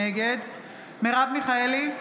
נגד מרב מיכאלי,